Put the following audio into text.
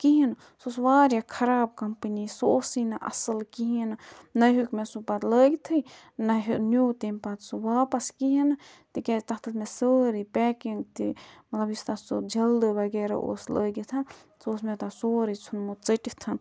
کِہیٖنۍ نہٕ سُہ اوس واریاہ خراب کَمپٔنی سُہ اوسُے نہٕ اصٕل کِہیٖنۍ نہٕ نَہ ہیٛوک مےٚ سُہ پَتہٕ لٲگتھٕے نَہ ہیٛو نیٛو تٔمۍ پَتہٕ سُہ واپَس کِہیٖنۍ نہٕ تِکیٛازِ تَتھ ٲس مےٚ سٲرٕے پیکِنٛگ تہِ مطلب یُس تَتھ سُہ جلدٕ وغیرہ اوس لٲگِتھ سُہ اوس مےٚ تَتھ سورُے ژھنمُت ژٔٹِتھ